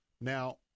Now